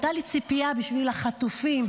הייתה לי ציפייה בשביל החטופים,